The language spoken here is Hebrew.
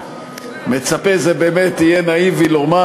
מצפה זה באמת יהיה נאיבי לומר,